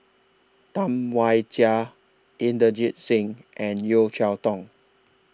Tam Wai Jia Inderjit Singh and Yeo Cheow Tong